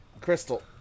Crystal